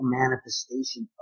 manifestation